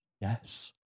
yes